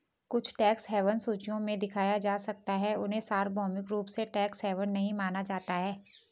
कुछ tax haven सूचियों में दिखाया जा सकता है, उन्हें सार्वभौमिक रूप से टैक्स हेवन नहीं माना जाता है